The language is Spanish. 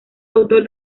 autor